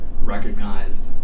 recognized